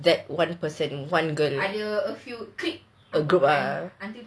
that one person one girl a group ah